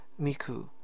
Miku